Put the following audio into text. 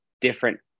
different